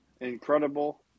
incredible